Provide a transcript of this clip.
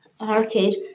arcade